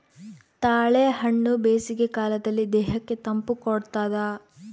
ತಾಳೆಹಣ್ಣು ಬೇಸಿಗೆ ಕಾಲದಲ್ಲಿ ದೇಹಕ್ಕೆ ತಂಪು ಕೊಡ್ತಾದ